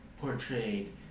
portrayed